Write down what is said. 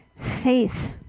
Faith